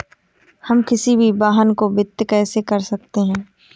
हम किसी भी वाहन को वित्त कैसे कर सकते हैं?